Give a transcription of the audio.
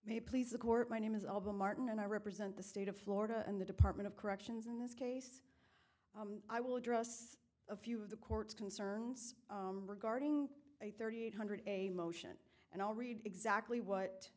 may please the court my name is alba martin and i represent the state of florida and the department of corrections in this case i will address a few of the court's concerns regarding a thirty eight hundred a motion and i'll read exactly what